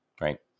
Right